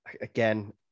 Again